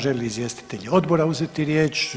Žele li izvjestitelji odbora uzeti riječ?